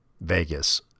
Vegas